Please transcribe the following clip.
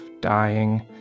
dying